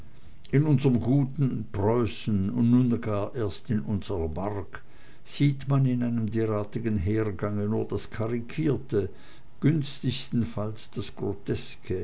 in unserm guten preußen und nun gar erst in unsrer mark sieht man in einem derartigen hergange nur das karikierte günstigstenfalls das